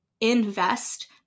invest